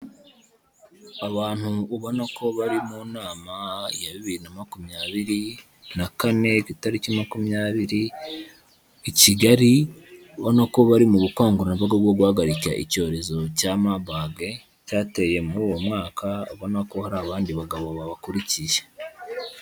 Abantu ubona ko bari mu nama ya bibiri na makumyabiri na kane ku itariki makumyabiri i Kigali, ubona ko bari mu bukangurambaga bwo guhagarika icyorezo cya Mabaga cyateye muri uwo mwaka, ubona ko hari abandi bagabo babakurikiye.